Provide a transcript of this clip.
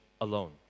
alone